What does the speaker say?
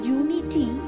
unity